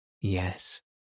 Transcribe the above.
Yes